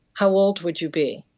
how old would you be?